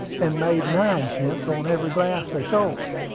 and made nine cents on every glass they sold.